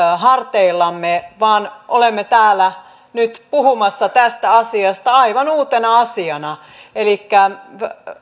harteillamme vaan olemme täällä nyt puhumassa tästä asiasta aivan uutena asiana elikkä